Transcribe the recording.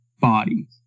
body